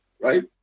right